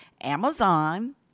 amazon